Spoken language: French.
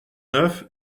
neuf